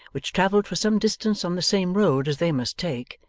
which travelled for some distance on the same road as they must take,